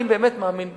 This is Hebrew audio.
אני באמת מאמין בזה.